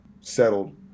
settled